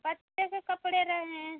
बच्चों के कपड़े रहे हैं